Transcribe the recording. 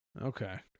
Okay